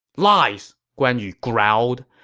lies! guan yu growled.